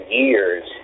years